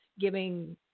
giving